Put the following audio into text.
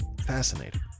Fascinating